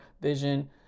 vision